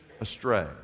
astray